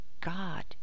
God